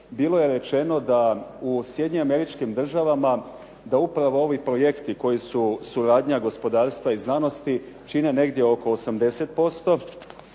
bilo je rečeno da u Sjedinjenim Američkim Državama, da upravo ovi projekti koji su suradnja gospodarstva i znanosti čine negdje oko 80%,